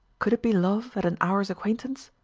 could it be love at an hour's acquaintance?